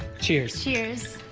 cheers. cheers.